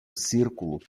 círculo